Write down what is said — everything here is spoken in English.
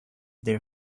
their